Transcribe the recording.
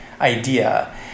idea